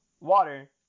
Water